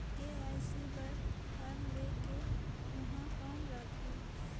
KYC बर form ले के ऊहां कौन लगही?